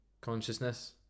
consciousness